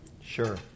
Sure